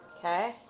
Okay